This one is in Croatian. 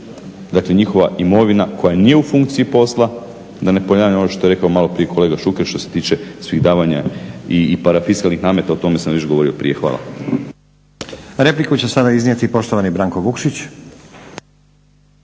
dakle njihova imovina koja nije u funkciji posla da ne ponavljam ono što je rekao maloprije kolega Šuker što se tiče svih davanja i parafiskalnih nameta o tome sam već govorio prije. Hvala. **Stazić, Nenad (SDP)** Repliku će sada iznijeti poštovani Branko Vukšić.